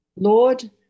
Lord